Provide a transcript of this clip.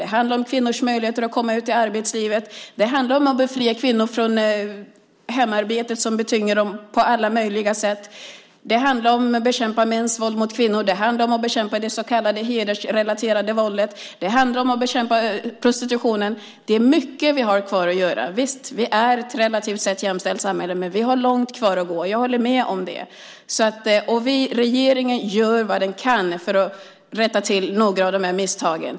Det handlar om kvinnors möjligheter att komma ut i arbetslivet. Det handlar om att befria kvinnor från hemarbete som tynger dem på alla möjliga sätt. Det handlar om att bekämpa mäns våld mot kvinnor. Det handlar om att bekämpa det så kallade hedersrelaterade våldet. Det handlar om att bekämpa prostitutionen. Det är mycket som vi har kvar att göra. Visst, vi är relativt sett ett jämställt samhälle. Men vi har långt kvar att gå, jag håller med om det. Och vi i regeringen gör vad vi kan för att rätta till några av misstagen.